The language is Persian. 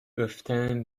گفتن